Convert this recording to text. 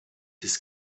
his